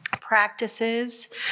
practices